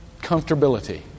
comfortability